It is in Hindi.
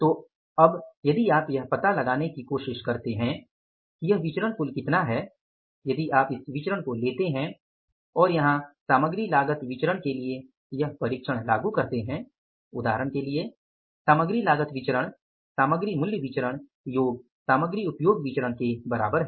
तो अब यदि आप यह पता लगाने की कोशिश करते हैं कि यह विचरण कुल कितना है यदि आप इस विचरण को लेते हैं और यहाँ सामग्री लागत विचरण के लिए यह परीक्षण लागू करते हैं उदाहरण के लिए सामग्री लागत विचरण सामग्री मूल्य विचरण योग सामग्री उपयोग विचरण के बराबर है